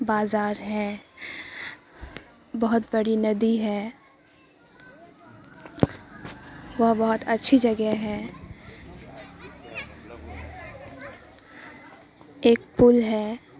بازار ہے بہت بڑی ندی ہے وہ بہت اچھی جگہ ہے ایک پل ہے